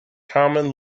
common